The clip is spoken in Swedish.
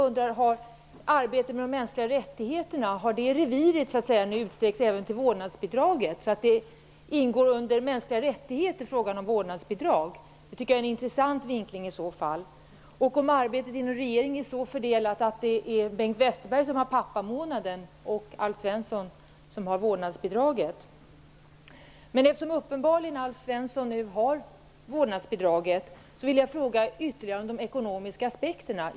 Har reviret för mänskliga rättigheter nu utsträckts så att även vårdnadsbidraget ingår under mänskliga rättigheter -- det tycker jag är en intressant vinkling i så fall -- och är arbetet inom regeringen så fördelat att det är Bengt Westerberg som har pappamånaden och Alf Svensson som har vårdnadsbidraget? Eftersom uppenbarligen Alf Svensson nu har vårdnadsbidraget, vill jag fråga ytterligare om de ekonomiska aspekterna.